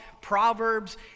proverbs